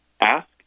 Ask